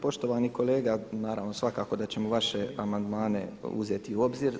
Poštovani kolega naravno svakako da ćemo vaše amandmane uzeti u obzir.